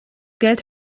geld